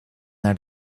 naar